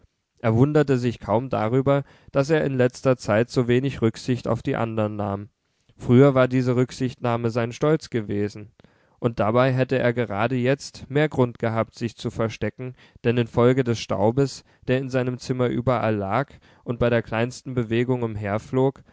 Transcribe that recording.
er wunderte sich kaum darüber daß er in letzter zeit so wenig rücksicht auf die andern nahm früher war diese rücksichtnahme sein stolz gewesen und dabei hätte er gerade jetzt mehr grund gehabt sich zu verstecken denn infolge des staubes der in seinem zimmer überall lag und bei der kleinsten bewegung